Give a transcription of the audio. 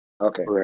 Okay